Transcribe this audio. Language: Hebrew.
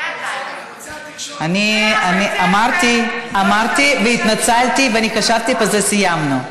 אני אמרתי והתנצלתי וחשבתי שבזה סיימנו.